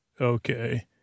Okay